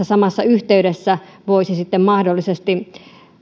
samassa yhteydessä voisi sitten mahdollisesti